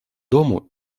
дому